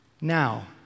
Now